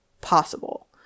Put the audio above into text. possible